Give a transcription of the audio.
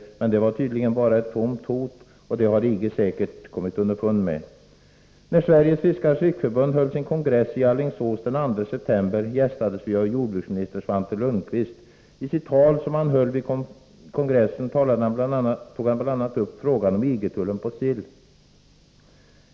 Men det var tydligen bara ett tomt hot, och det har EG säkert kommit underfund med. När Sveriges Fiskares Riksförbund höll sin kongress i Alingsås den 2 september gästades vi av jordbruksminister Svante Lundkvist. I sitt tal som han höll vid kongressen tog han bl.a. upp frågan om EG-tullen på sill.